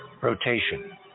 rotation